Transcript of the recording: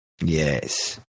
yes